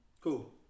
Cool